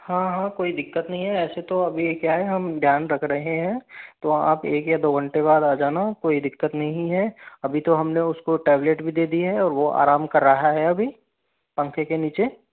हाँ हाँ कोई दिक्कत नहीं है ऐसे तो अभी क्या है हम ध्यान रख रहे हैं तो आप एक या दो घंटे बाद आ जाना कोई दिक्कत नहीं है अभी तो हमने उसको टेबलेट भी दे दी है और वो आराम कर रहा है अभी पंखे नीचे